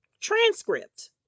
transcript